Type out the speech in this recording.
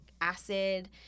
acid